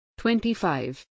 25